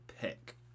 pick